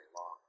long